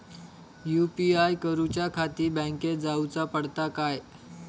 UPI करूच्याखाती बँकेत जाऊचा पडता काय?